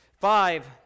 Five